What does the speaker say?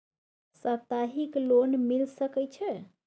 सप्ताहिक लोन मिल सके छै?